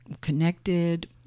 connected